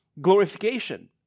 glorification